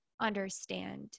understand